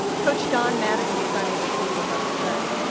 coach don mattingly is unable to be with us today.